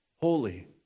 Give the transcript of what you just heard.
Holy